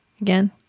Again